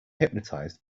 hypnotized